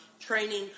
training